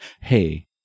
Hey